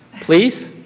please